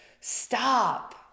stop